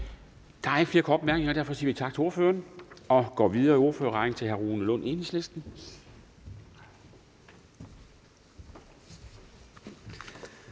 Der er ikke flere korte bemærkninger, og derfor siger vi tak til ordføreren og går videre i ordførerrækken til hr. Rune Lund, Enhedslisten.